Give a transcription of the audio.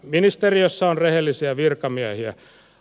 ministeriössä on rehellisiä virkamiehiä